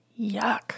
Yuck